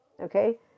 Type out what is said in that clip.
Okay